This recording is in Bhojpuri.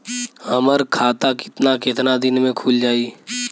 हमर खाता कितना केतना दिन में खुल जाई?